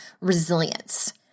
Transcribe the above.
Resilience